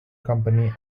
company